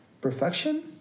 Perfection